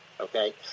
Okay